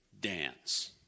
dance